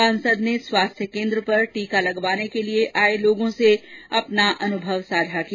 सांसद ने स्वास्थ्य केन्द्र पर टीका लगवाने के लिए आए लोगों से अपना अनुभव साझा किया